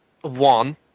one